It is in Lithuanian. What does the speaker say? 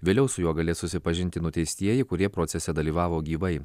vėliau su juo galės susipažinti nuteistieji kurie procese dalyvavo gyvai